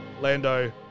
Lando